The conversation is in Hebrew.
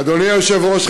אדוני היושב-ראש,